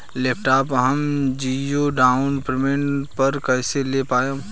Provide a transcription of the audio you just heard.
Laptop हम zero down payment पर कैसे ले पाएम?